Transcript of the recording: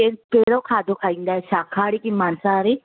हे कहिड़ो खाधो खाईंदा आहियो शाकाहारी कि मांसाहारी